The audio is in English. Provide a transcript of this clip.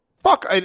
Fuck